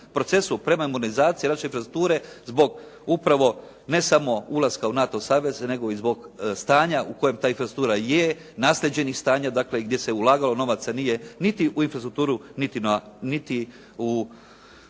procesu …/Govornik se ne razumije./… zbog upravo ne samo ulaska u NATO savez nego i zbog stanja u kojem ta infrastruktura je, naslijeđenih stanja dakle, gdje se ulagalo novaca nije niti u infrastrukturu niti u